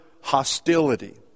hostility